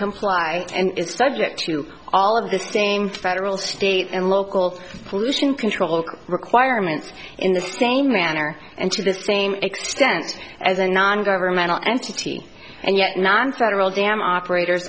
comply and its budget to all of this dame federal state and local pollution control requirements in the same manner and to the same extent as a non governmental entity and yet nonfederal dam operator